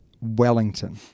Wellington